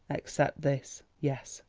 except this. yes,